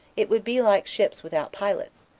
it would be like ships without pilots,